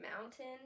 mountain